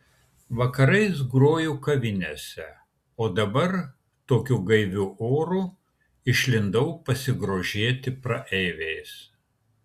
vakarais groju kavinėse o dabar tokiu gaiviu oru išlindau pasigrožėti praeiviais